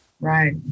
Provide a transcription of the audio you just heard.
right